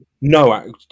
No